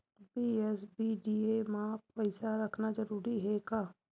BSBDA मा पईसा रखना जरूरी हे का?